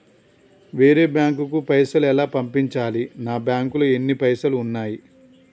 వేరే బ్యాంకుకు పైసలు ఎలా పంపించాలి? నా బ్యాంకులో ఎన్ని పైసలు ఉన్నాయి?